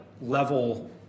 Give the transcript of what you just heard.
level